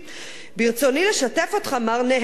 ברצוני לשתף אותך, מר נהנתניהו,